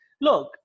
look